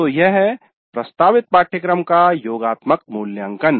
तो यह है प्रस्तावित पाठ्यक्रम का योगात्मक मूल्यांकन